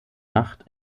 macht